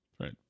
Right